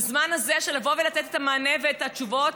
בזמן הזה של לבוא ולתת את המענה ואת התשובות,